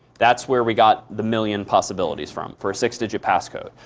that's where we got the million possibilities from for a six digit passcode.